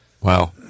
Wow